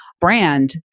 brand